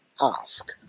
ask